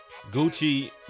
Gucci